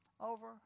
over